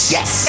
Yes